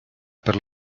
per